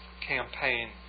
campaign